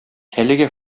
әлегә